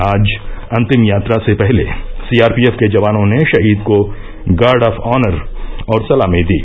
आज अन्तिम यात्रा से पहले सीआरपीएफ के जवानों ने शहीद को गार्ड ऑफ ऑनर और सलामी दी